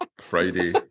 friday